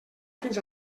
fins